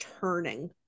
turning